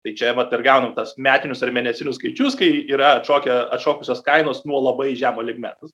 tai čia vat ir gaunam tas metinius ar mėnesinius skaičius kai yra atšokę atšokusios kainos nuo labai žemo lygmens